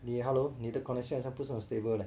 你 hello 你的 connection 很像不是很 stable leh